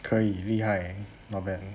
可以厉害 not bad